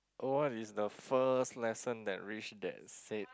what is the first lesson that reach that state